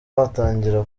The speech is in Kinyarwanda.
watangira